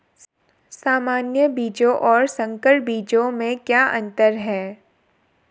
सामान्य बीजों और संकर बीजों में क्या अंतर है?